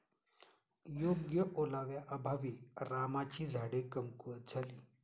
योग्य ओलाव्याअभावी रामाची झाडे कमकुवत झाली